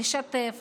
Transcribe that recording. לשתף,